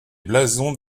blasons